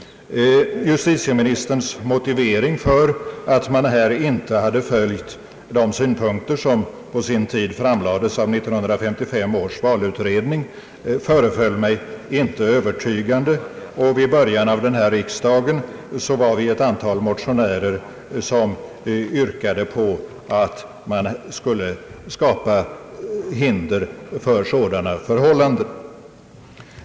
Justitieministerns motivering för att man här inte hade beaktat de synpunkter som på sin tid framlades av 1955 års valutredning föreföll mig inte övertygande, och i början av denna riksdag var vi ett antal motionärer som yrkade på att man skulle skapa hinder för detta.